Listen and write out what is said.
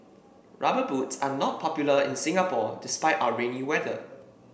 rubber boots are not popular in Singapore despite our rainy weather